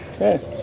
Yes